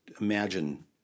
imagine